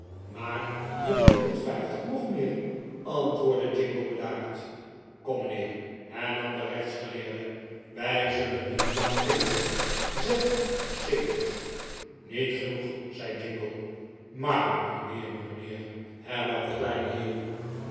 maar met honderd vijftig nog meer antwoordde jingle bedaard kom mijnheer hernam de rechtsgeleerde wij zullen niet lang kibbelen zeg zeg zeventig niet genoeg zei jingle maar mijnheer mijnheer hernam de kleine heer